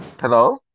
hello